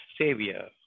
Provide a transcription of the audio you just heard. Savior